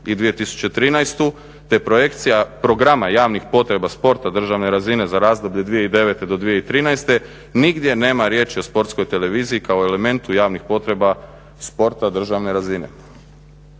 i 2013., te projekcija programa javnih potreba sporta državne razine za razdoblje 2009. do 2013." nigdje nema riječi o Sportskoj televiziji kao elementu javnih potreba sporta državne razine.